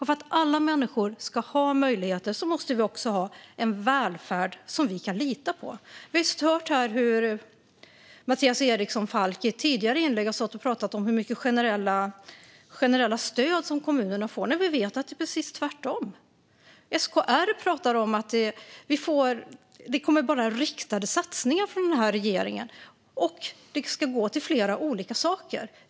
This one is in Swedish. För att alla människor ska ha möjligheter måste vi också ha en välfärd som vi kan lita på. Vi har just hört Mattias Eriksson Falk i ett tidigare inlägg stå och prata om hur mycket generella stöd kommunerna får, när vi vet att det är precis tvärtom. SKR pratar om att det bara kommer riktade satsningar från regeringen och att dessa ska gå till flera olika saker.